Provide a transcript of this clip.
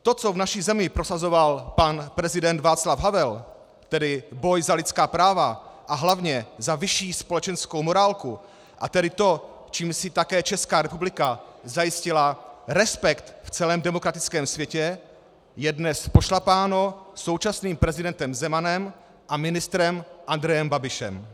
To, co v naší zemi prosazoval pan prezident Václav Havel, tedy boj za lidská práva a hlavně za vyšší společenskou morálku, a tedy to, čím si také Česká republika zajistila respekt v celém demokratickém světě, je dnes pošlapáno současným prezidentem Zemanem a ministrem Andrejem Babišem.